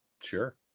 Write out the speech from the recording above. Sure